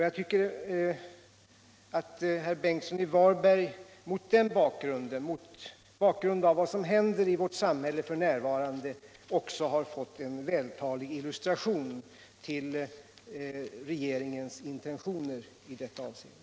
Jag tycker att herr Bengtsson genom vad som sålunda händer i vårt samhälle f. n. har fått en vältalig illustration till regeringens intentioner i detta avseende.